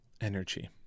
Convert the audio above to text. energy